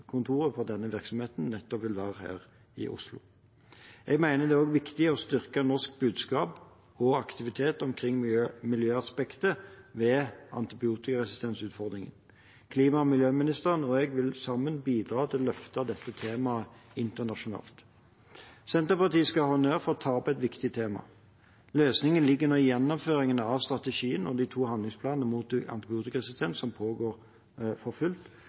hovedkontoret for denne virksomheten nettopp vil være her i Oslo. Jeg mener også det er viktig å styrke norsk budskap og aktivitet omkring miljøaspektet ved antibiotikaresistensutfordringen. Klima- og miljøministeren og jeg vil sammen bidra til å løfte dette temaet internasjonalt. Senterpartiet skal ha honnør for å ta opp et viktig tema. Løsningen ligger i gjennomføringen av strategien og de to handlingsplanene mot antibiotikaresistens, som pågår for fullt,